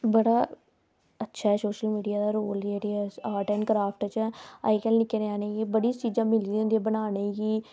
बड़ा अच्छा social media दा रोल जेह्ड़ा ऐ ऑर्ट एंड क्रॉफ्ट च ऐ अज्जकल निक्के ञ्यानें गी बड़ी चीज़ां मिली जंंदियां बनाने गी